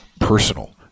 personal